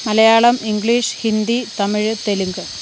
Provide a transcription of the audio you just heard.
Malayalam English Hindi Tamil Telugu